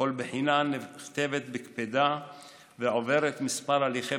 וכל בחינה נכתבת בקפידה ועוברת כמה הליכי